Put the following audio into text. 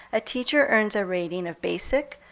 a teacher earns a rating of basic,